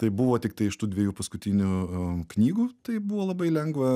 tai buvo tiktai iš tų dviejų paskutinių knygų tai buvo labai lengva